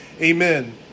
Amen